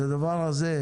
הדבר הזה,